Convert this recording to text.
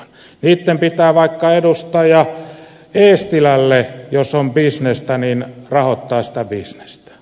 niitten pitää vaikka edustaja eestilälle jos on bisnestä rahoittaa sitä bisnestä